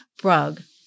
Brug